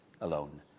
alone